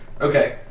Okay